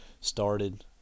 started